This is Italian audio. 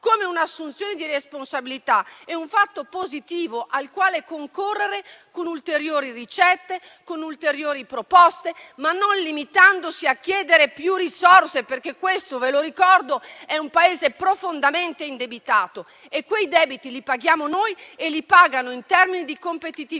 come un'assunzione di responsabilità. È un fatto positivo, al quale concorrere con ulteriori ricette e proposte, ma non limitandosi a chiedere più risorse, perché questo - ve lo ricordo - è un Paese profondamente indebitato e quei debiti li paghiamo noi e li pagano, in termini di competitività,